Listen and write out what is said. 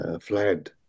fled